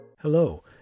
Hello